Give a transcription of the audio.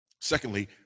Secondly